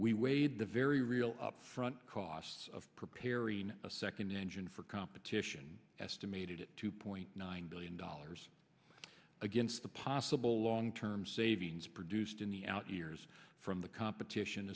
we weighed the very real up front costs of preparing a second engine for competition estimated two point nine billion dollars against the possible long term savings produced in the outyears from the competition